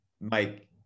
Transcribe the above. Mike